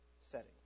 setting